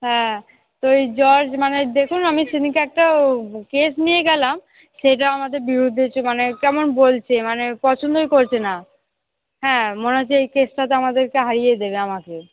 হ্যাঁ তো ওই জজ মানে দেখুন আমি সেদিনকে একটা ও কেস নিয়ে গেলাম সেইটা আমাদের বিরুদ্ধে চো মানে কেমন বলছে মানে পছন্দই করছে না হ্যাঁ মনে হচ্ছে এই কেসটাতে আমাদেরকে হারিয়ে দেবে আমাকে